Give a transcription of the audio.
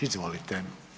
Izvolite.